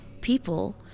people